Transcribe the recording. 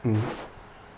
mm